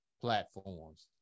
platforms